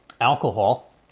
alcohol